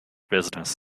business